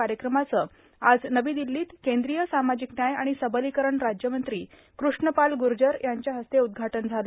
कार्यक्रमाचं आज नवी दिल्लीत केंद्रीय सामाजिक न्याय आणि सबलीकरण राज्यमंत्री कृष्णपाल ग्र्जर यांच्या हस्ते उद्घाटन झालं